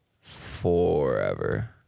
forever